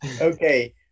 Okay